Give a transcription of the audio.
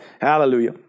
Hallelujah